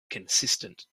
consistent